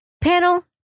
Panel